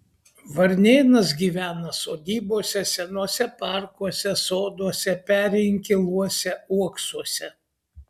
varnėnas gyvena sodybose senuose parkuose soduose peri inkiluose uoksuose